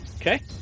Okay